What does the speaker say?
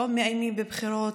יום מאיימים בבחירות,